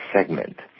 segment